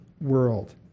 world